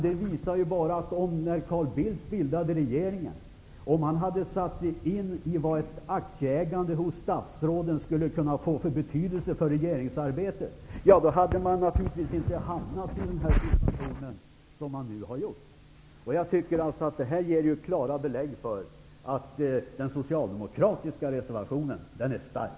Det visar att om Carl Bildt vid regeringsbildningen hade satt sig in i vad ett aktieägande hos statsråden skulle få för betydelse för regeringsarbetet, hade man naturligtvis inte hamnat i den situation som man nu har. Detta ger klara belägg för att den socialdemokratiska reservationen är stark.